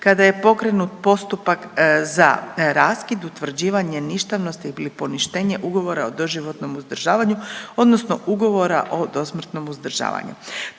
kada je pokrenut postupak za raskid, utvrđivanje ništavnosti ili poništenje ugovora o doživotnom uzdržavanju, odnosno ugovora o dosmrtnom uzdržavanju.